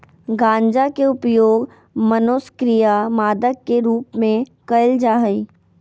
गंजा के उपयोग मनोसक्रिय मादक के रूप में कयल जा हइ